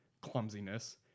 clumsiness